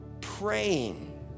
praying